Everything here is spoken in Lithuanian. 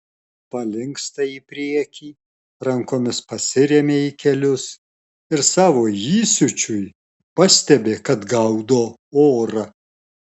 palinksta į priekį rankomis pasiremia į kelius ir savo įsiūčiui pastebi kad gaudo orą